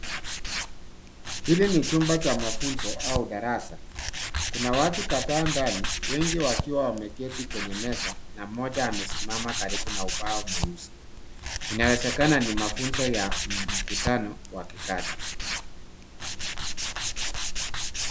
Hili ni chumba cha mafunzo au darasa. Kuna watu kadhaa ndani wengi wakiwa wameketi kwenye meza na mmoja amesimama karibu na ubao mweusi. Inawezekana ni mafunzo ya mkutano wa kikazi.